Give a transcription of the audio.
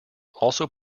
also